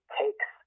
takes